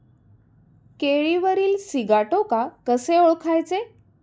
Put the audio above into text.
केळीवरील सिगाटोका कसे ओळखायचे?